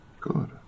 Good